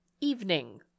evening